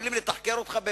מתחילים לתחקר אותך,